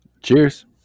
Cheers